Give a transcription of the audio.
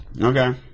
Okay